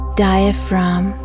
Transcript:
diaphragm